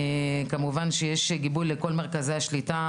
כמובן שיש גיבוי לכל מרכזי השליטה,